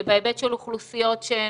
בהיבט של אוכלוסיות שהן,